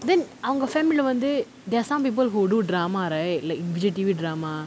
then அவங்க:avanga family lah வந்து:vanthu there are some people who do drama right like vijay T_V drama